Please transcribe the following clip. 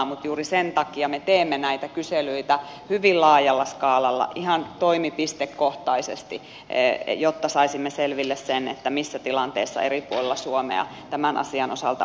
mutta juuri sen takia me teemme näitä kyselyitä hyvin laajalla skaalalla ihan toimipistekohtaisesti jotta saisimme selville sen missä tilanteessa eri puolilla suomea tämän asian osalta ollaan